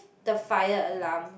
the fire alarm